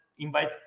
invite